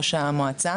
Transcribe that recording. ראש המועצה